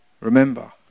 Remember